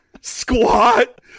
squat